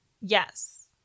Yes